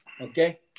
okay